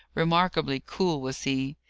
remarkably cool was he.